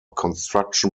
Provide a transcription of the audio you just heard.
construction